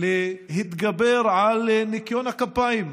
להתגבר על ניקיון הכפיים.